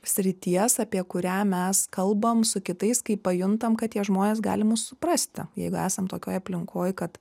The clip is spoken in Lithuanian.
srities apie kurią mes kalbam su kitais kai pajuntam kad tie žmonės gali mus suprasti jeigu esam tokioj aplinkoj kad